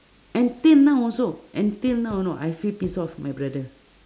and till now also and till now you know I feel piss off with my brother